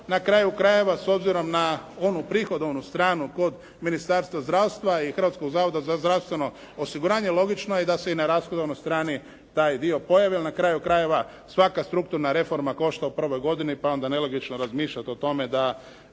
Na kraju krajeva s obzirom na onu prihodovnu stranu kod Ministarstva zdravstva i Hrvatskog zavoda za zdravstveno osiguranje, logično je da se i na rashodovnoj strani taj dio pojavi, jer na kraju krajeva svaka strukturna reforma košta u prvoj godini, pa je onda nelogično razmišljati o tome da